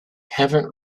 haven’t